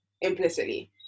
implicitly